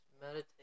meditate